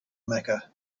mecca